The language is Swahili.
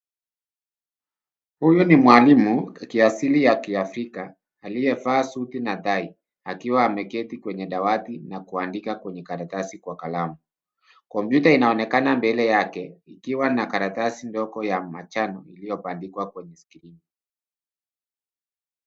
Huyu ni mwalimu, kiasili ya kiafrika, aliyevaa suti na tai, akiwa ameketi kwenye dawati na kuandika kwenye karatasi kwa kalamu. Kompyuta inaonekana mbele yake, ikiwa na karatasi ndogo ya manjano iliyobandikwa kwenye screen .